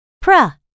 pra